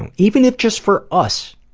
and even if just for us,